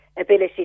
ability